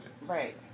Right